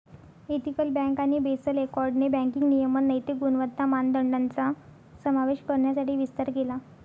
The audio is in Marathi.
एथिकल बँक आणि बेसल एकॉर्डने बँकिंग नियमन नैतिक गुणवत्ता मानदंडांचा समावेश करण्यासाठी विस्तार केला